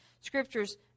scriptures